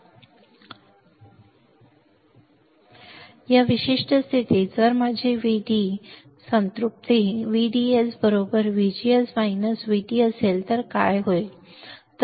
Case one VGS VT Veffective VGS VT VDS 0 ID 0 VDS increases ID increases and VDS VD saturation या विशिष्ट स्थितीत जर माझी VD संतृप्ति VDS VGS VT असेल तर काय होईल ते पाहू